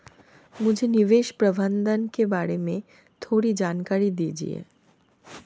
मुझे निवेश प्रबंधन के बारे में थोड़ी जानकारी दीजिए